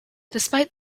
despite